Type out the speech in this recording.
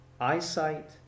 eyesight